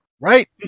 Right